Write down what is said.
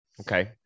Okay